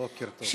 בוקר טוב.